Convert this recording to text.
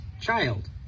child